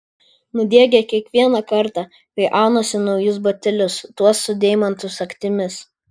nudiegia kiekvieną kartą kai aunuosi naujus batelius tuos su deimantų sagtimis